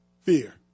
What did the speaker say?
fear